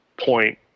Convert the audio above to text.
point